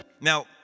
Now